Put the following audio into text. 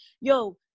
yo